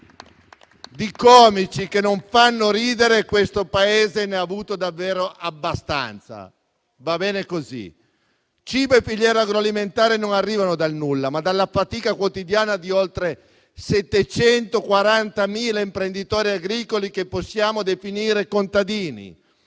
Di comici che non fanno ridere il Paese ne ha avuti davvero abbastanza: va bene così. Cibo e filiera agroalimentare non arrivano dal nulla, ma dalla fatica quotidiana di oltre 740.000 imprenditori agricoli, che possiamo definire contadini.